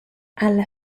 alla